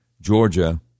Georgia